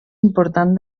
important